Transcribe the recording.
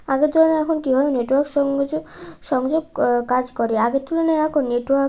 আগের তুলনায় এখন কীভাবে নেটওয়ার্ক সংযোগ সংযোগ কাজ করে আগের তুলনায় এখন নেটওয়ার্ক